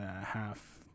half